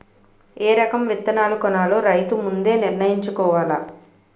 ఏ రకం విత్తనాలు కొనాలో రైతు ముందే నిర్ణయించుకోవాల